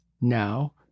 Now